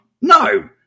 No